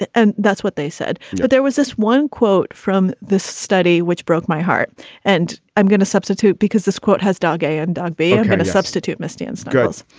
and and that's what they said. but there was this one quote from this study which broke my heart and i'm gonna substitute because this quote has dog, a and dog bear and a substitute mischance. girls,